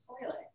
toilet